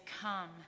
come